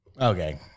okay